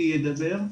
ידבר.